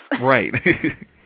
Right